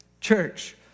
Church